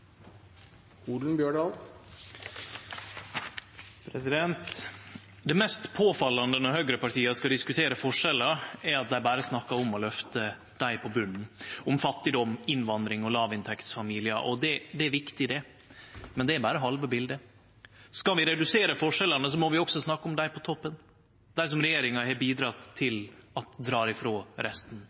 den politikken som føres i Norge i dag. Vi trenger en fordelingspolitikk som er for de mange og ikke for de få på toppen. Det mest påfallande når høgrepartia skal diskutere forskjellar, er at dei berre snakkar om å løfte dei på botnen, om fattigdom, innvandring og låginntektsfamiliar. Det er viktig, men det er berre halve bildet. Skal vi redusere forskjellane, må vi også snakke om dei på toppen, dei som regjeringa